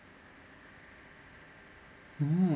um